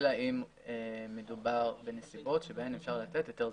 אם מדובר בנסיבות בהן אפשר לתת היתר זמני.